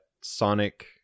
sonic